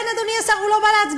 כן, אדוני השר, הוא לא בא להצבעה.